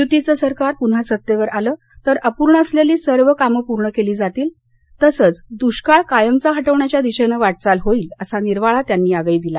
युतीचं सरकार पुन्हा सत्तेवर आलं तर अपूर्ण असलेली सर्व कामं पूर्ण केली जातील तसंच दुष्काळ कायमचा हटवण्याच्या दिशेनं वाटचाल होईल असा निर्वाळा त्यांनी यावेळी दिला